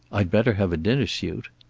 i'd better have a dinner suit.